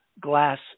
glass